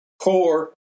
Core